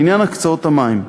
לעניין הקצאות המים: